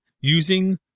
using